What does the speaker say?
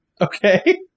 okay